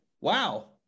Wow